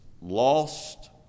lost